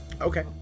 okay